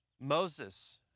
Moses